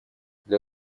для